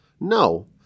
No